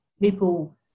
people